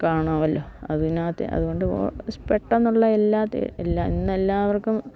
കാണാമല്ലോ അതിനകത്ത് അതു കൊണ്ട് പെട്ടെന്നുള്ള എല്ലാ എല്ലാ ഇന്നെല്ലാവർക്കും